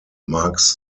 marks